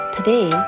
Today